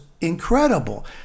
incredible